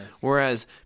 Whereas